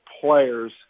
players